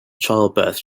childbirths